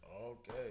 Okay